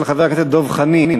של חבר הכנסת דב חנין.